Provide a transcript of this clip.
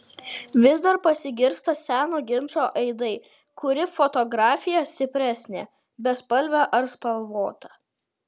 vis dar pasigirsta seno ginčo aidai kuri fotografija stipresnė bespalvė ar spalvota